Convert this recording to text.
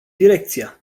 direcția